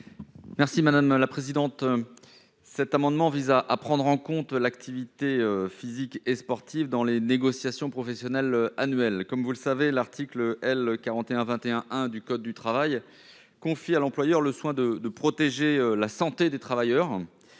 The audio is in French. M. Stéphane Piednoir. Cet amendement vise à prendre en compte les activités physiques et sportives dans les négociations professionnelles annuelles. L'article L. 4121-1 du code du travail confie à l'employeur le soin de protéger la santé des travailleurs.